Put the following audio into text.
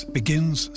begins